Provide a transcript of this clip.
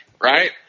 right